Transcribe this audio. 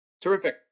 Terrific